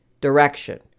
direction